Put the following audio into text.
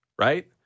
right